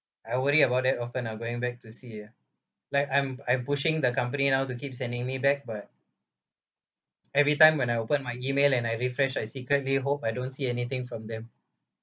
I worry about that often ah going back to sea ah like I'm I'm pushing the company now to keep sending me back but every time when I open my email and I refresh I secretly hope I don't see anything from them